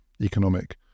economic